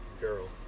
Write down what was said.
girl